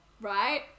right